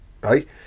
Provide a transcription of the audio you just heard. right